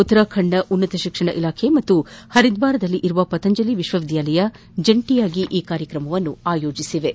ಉತ್ತರಾಖಂಡ್ನ ಉನ್ನತ ಶಿಕ್ಷಣ ಇಲಖೆ ಮತ್ತು ಹರಿದ್ವಾರದಲ್ಲಿರುವ ಪತಂಜಲಿ ವಿಶ್ವವಿದ್ಯಾಲಯ ಜಂಟಿಯಾಗಿ ಈ ಕಾರ್ಯಕ್ರಮವನ್ನು ಆಯೋಜಿಸಿವೆ